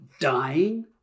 dying